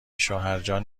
شوهرجان